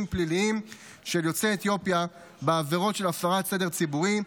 פליליים של יוצאי אתיופיה בעבירות של הפרת סדר ציבורי,